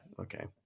okay